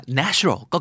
natural